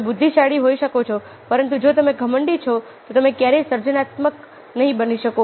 તમે બુદ્ધિશાળી હોઈ શકો છો પરંતુ જો તમે ઘમંડી છો તો તમે ક્યારેય સર્જનાત્મક નહીં બની શકો